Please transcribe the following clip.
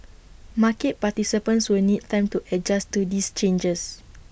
market participants will need time to adjust to these changes